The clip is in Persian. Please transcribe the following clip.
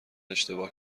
اشتباه